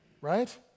right